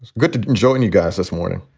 good to join you guys this morning